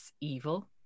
evil